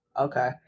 Okay